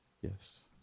Yes